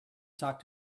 talk